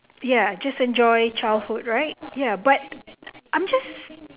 ya just enjoy childhood right ya but I'm just